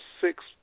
six